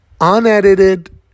unedited